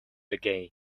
again